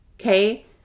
okay